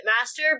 master